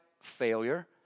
failure